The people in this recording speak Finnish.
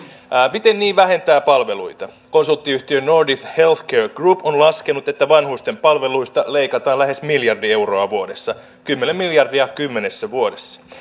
miten niin vähentää palveluita konsulttiyhtiö nordic healthcare group on laskenut että vanhustenpalveluista leikataan lähes miljardi euroa vuodessa kymmenen miljardia kymmenessä vuodessa